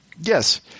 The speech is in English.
Yes